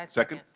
like second.